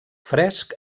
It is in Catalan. fresc